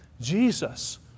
Jesus